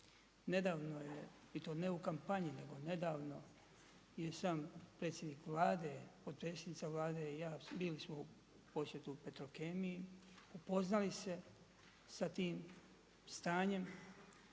Nedavno je i to ne u kampanji, nego nedavno je sam predsjednik Vlade, potpredsjednica Vlade i ja, bili smo u posjetu Petrokemiji, upoznali se sa tim stanjem,